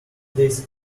days